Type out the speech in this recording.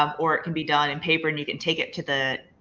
um or it can be done in paper and you can take it to the.